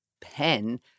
pen